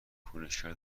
کنشگر